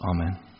Amen